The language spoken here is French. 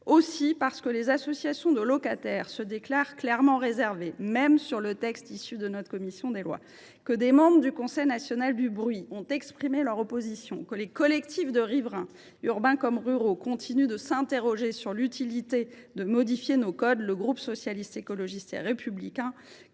Aussi, parce que les associations de locataires se montrent manifestement réservées, même sur le texte issu de notre commission des lois, parce que des membres du Conseil national du bruit ont exprimé leur opposition,… Ils l’ont fait bruyamment… … parce que les collectifs de riverains, urbains comme ruraux, continuent de s’interroger sur l’utilité de modifier nos codes, le groupe Socialiste, Écologiste et Républicain